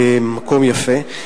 מקום יפה?